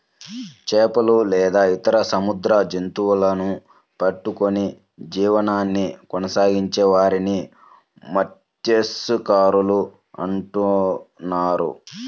చేపలు లేదా ఇతర సముద్ర జంతువులను పట్టుకొని జీవనాన్ని కొనసాగించే వారిని మత్య్సకారులు అంటున్నారు